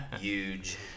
Huge